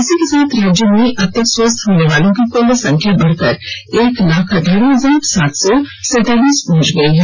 इसी के साथ राज्य में अब तक स्वस्थ होनेवालों की क्ल संख्या बढ़कर एक लाख अठारह हजार सात सौ सैंतालीस पहंच गई है